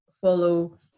Follow